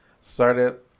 started